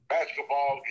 Basketball